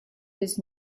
his